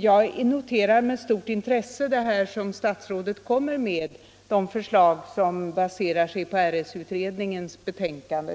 Jag noterar med stort intresse de förslag som statsrådet kommer att lägga fram och som baserar sig på RS-utredningens betänkande.